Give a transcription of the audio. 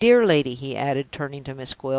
my dear lady, he added, turning to miss gwilt,